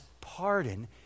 pardon